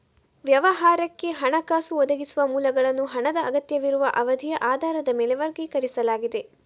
ವ್ಯವಹಾರಕ್ಕೆ ಹಣಕಾಸು ಒದಗಿಸುವ ಮೂಲಗಳನ್ನು ಹಣದ ಅಗತ್ಯವಿರುವ ಅವಧಿಯ ಆಧಾರದ ಮೇಲೆ ವರ್ಗೀಕರಿಸಲಾಗಿದೆ